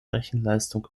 rechenleistung